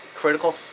critical